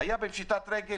היה בפשיטת דואר,